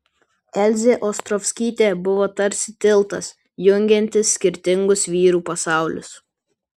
elzė ostrovskytė buvo tarsi tiltas jungiantis skirtingus vyrų pasaulius